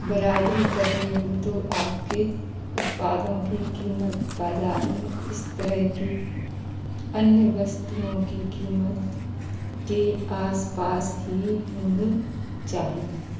बराबरी करनी हो तो आपके उत्पादों की कीमत बाज़ार में इस तरह की अन्य वस्तुओं की कीमत के आसपास ही होनी चाहिए